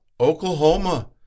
Oklahoma –